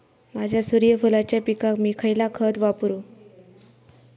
माझ्या सूर्यफुलाच्या पिकाक मी खयला खत वापरू?